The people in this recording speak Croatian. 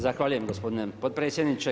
Zahvaljujem gospodine potpredsjedniče.